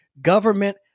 government